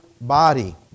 body